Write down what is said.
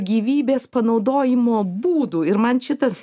gyvybės panaudojimo būdų ir man šitas